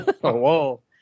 whoa